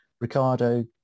ricardo